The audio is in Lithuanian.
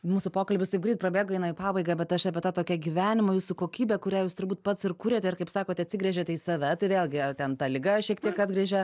mūsų pokalbis taip greit prabėgo eina į pabaiga bet aš apie tą tokią gyvenimo jūsų kokybę kurią jūs turbūt pats ir kuriate ir kaip sakote atsigręžiate į save tai vėlgi ten ta liga šiek tiek atgręžia